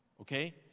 Okay